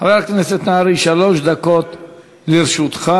חבר הכנסת נהרי, שלוש דקות לרשותך.